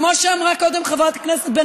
כמו שאמרה קודם חברת הכנסת בן